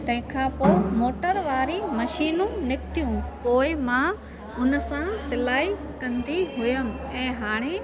तंहिं खां पोइ मोटर वारी मशीनूं निकितियूं पोइ मां हुन सां सिलाई कंदी हुअमि ऐं हाणे